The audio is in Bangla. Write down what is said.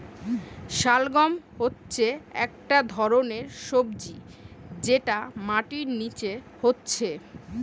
শালগাম হচ্ছে একটা ধরণের সবজি যেটা মাটির নিচে হচ্ছে